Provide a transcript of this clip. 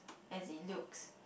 as it looks